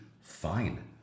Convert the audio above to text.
fine